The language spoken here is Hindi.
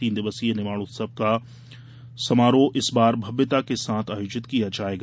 तीन दिवसीय निमाड़ उत्सव का निमाड़ उत्सव समारोह इस बार भव्यता के साथ आयोजित किया जायेगा